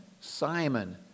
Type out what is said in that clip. Simon